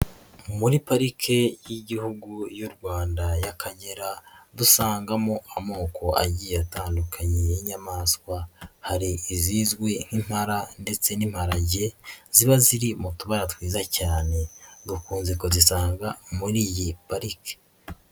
Muri parike y'igihugu y'u Rwanda y'Akagera, dusangamo amoko agiye atandukanye y'inyamaswa. Hari izizwi nk'impara ndetse n'imparage, ziba ziri mu tubara twiza cyane. Dukunze kuzisanga muri iyi parike.